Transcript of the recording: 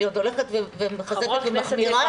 אני עוד הולכת ומחזקת ומחמירה את דברייך.